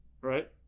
right